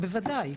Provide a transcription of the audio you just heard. בוודאי.